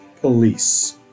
police